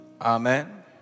Amen